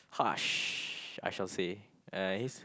harsh I shall say uh he's